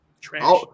Trash